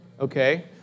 okay